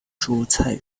珍珠菜